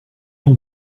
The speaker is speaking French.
ton